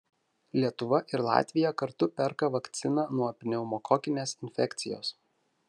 lietuva ir latvija kartu perka vakciną nuo pneumokokinės infekcijos